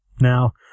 now